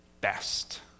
best